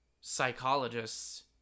psychologists